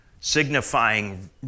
signifying